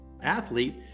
athlete